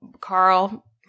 Carl